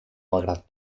malgrat